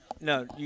No